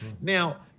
Now